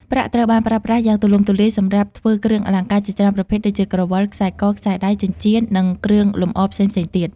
ប្រាក់ត្រូវបានប្រើប្រាស់យ៉ាងទូលំទូលាយសម្រាប់ធ្វើគ្រឿងអលង្ការជាច្រើនប្រភេទដូចជា ក្រវិល ខ្សែក ខ្សែដៃ ចិញ្ចៀន និងគ្រឿងលម្អផ្សេងៗទៀត។